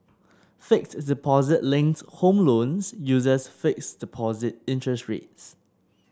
fixed deposit linked home loans uses fixed deposit interest rates